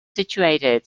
situated